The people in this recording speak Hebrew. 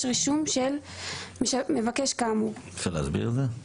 רישום של מבקש כאמור"; את רוצה להסביר את זה?